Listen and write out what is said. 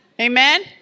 Amen